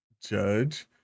judge